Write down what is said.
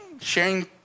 sharing